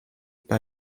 par